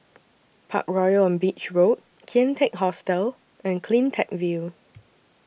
Parkroyal on Beach Road Kian Teck Hostel and CleanTech View